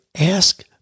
ask